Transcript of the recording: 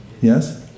Yes